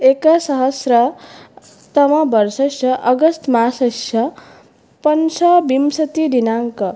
एकसहस्र तमवर्षस्य अगस्त् मासस्य पञ्चविंशतिदिनाङ्कः